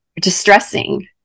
distressing